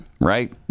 Right